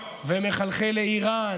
מחלחל לאיראן